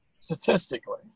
statistically